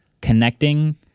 connecting